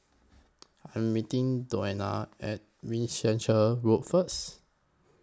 I Am meeting Dione At Winchester Road First